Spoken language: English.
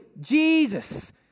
Jesus